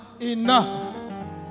enough